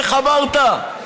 איך אמרת?